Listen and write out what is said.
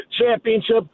championship